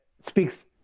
speaks